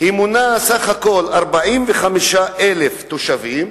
מונה בסך הכול 45,000 תושבים,